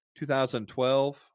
2012